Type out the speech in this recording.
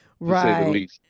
Right